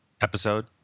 episode